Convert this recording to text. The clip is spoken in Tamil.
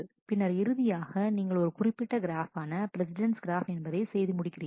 பின்னர் இறுதியாக நீங்கள் ஒரு குறிப்பிட்ட கிராஃப் ஆன பிரஸிடெண்ட்ஸ் கிராஃப் என்பதை செய்து முடிக்கிறார்கள்